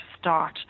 start